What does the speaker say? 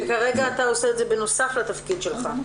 כרגע אתה עושה את זה בנוסף לתפקיד שלך.